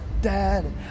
dad